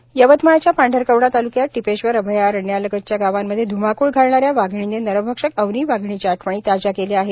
टिपेश्वर यवतमाळ च्या पांढरकवडा तालुक्यात टिपेश्वर अभयारण्यालगतच्या गावांमध्ये ध्माकृळ घालणाऱ्या वाघिणीने नरभक्षक अवनी वाघिणीच्या आठवणी ताज्या केल्या आहे